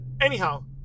anyhow